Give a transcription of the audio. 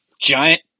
giant